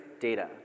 data